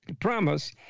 promise